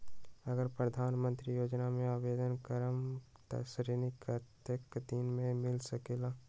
अगर प्रधानमंत्री योजना में आवेदन करम त ऋण कतेक दिन मे मिल सकेली?